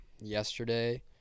yesterday